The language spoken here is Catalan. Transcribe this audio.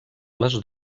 les